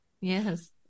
Yes